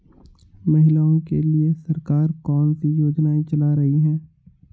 महिलाओं के लिए सरकार कौन सी योजनाएं चला रही है?